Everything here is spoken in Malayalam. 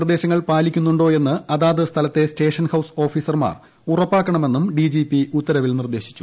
നിർദ്ദേശങ്ങൾ കോടതി പാലിക്കപ്പെടുന്നുണ്ടോയെന്ന് അതാത് സ്ഥലത്തെ സ്റ്റേഷൻഹൌസ് ഓഫീസർമാർ ഉറപ്പാക്കണമെന്നും ഡിജിപി ഉത്തരവിൽ നിർദ്ദേശിച്ചു